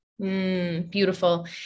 Beautiful